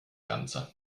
ganze